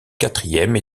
quatrième